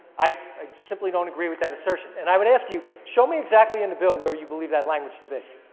i ah simply don't agree with that assertion and i would ask you show me exactly in the bill where you believe that language to be.